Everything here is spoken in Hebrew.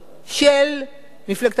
של מפלגת העבודה,